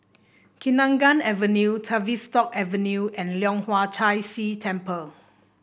Kenanga Avenue Tavistock Avenue and Leong Hwa Chan Si Temple